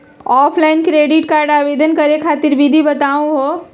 Offline credit card आवेदन करे खातिर विधि बताही हो?